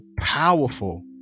powerful